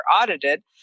audited